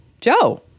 Joe